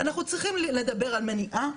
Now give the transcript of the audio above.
אנחנו צריכים לדבר על מניעה,